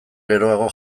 geroago